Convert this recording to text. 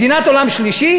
מדינת עולם שלישי?